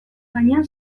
gainean